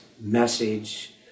message